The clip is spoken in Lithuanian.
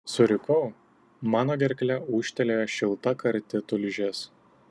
surikau mano gerkle ūžtelėjo šilta karti tulžis